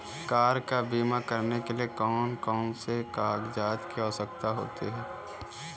Car का बीमा करने के लिए कौन कौन से कागजात की आवश्यकता होती है?